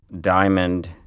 Diamond